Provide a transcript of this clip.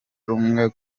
rumwe